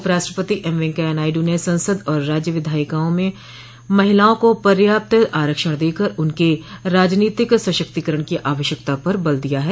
उप राष्ट्रपति एम वेंकैया नायडू ने संसद और राज्य विधायिकाओं में महिलाओं को पर्याप्त आरक्षण देकर उनके राजनीतिक सशक्तिकरण की आवश्यकता पर बल दिया है